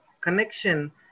connection